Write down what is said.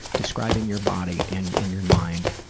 describe in your body and in your mind